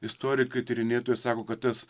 istorikai tyrinėtojai sako kad tas